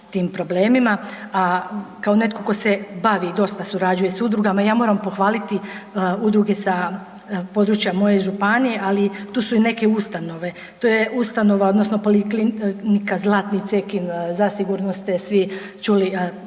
tim problemima a kao netko tko se bavi i dosta surađuje sa udrugama, ja moram pohvaliti udruge sa područja moje županije ali tu su i neke ustanove, to je ustanova odnosno poliklinika Zlatnik cekin, zasigurno ste svi čuli